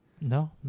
no